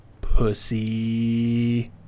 Pussy